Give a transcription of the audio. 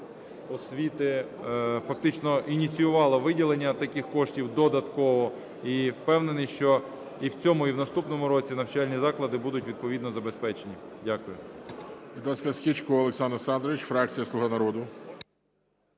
освіти фактично ініціювало виділення таких коштів додатково, і впевнений, що і в цьому, і в наступному році навчальні заклади будуть відповідно забезпечені. Дякую.